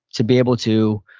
to be able to,